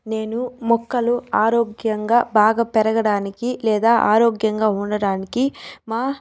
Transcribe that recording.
నేను మొక్కలు ఆరోగ్యంగా బాగా పెరగడానికి లేదా ఆరోగ్యంగా ఉండడానికి మా